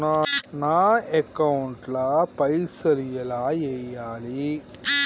నా అకౌంట్ ల పైసల్ ఎలా వేయాలి?